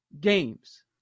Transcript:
games